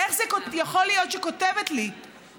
איך זה יכול להיות שכותבת לי צוערת,